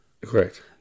Correct